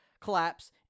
collapse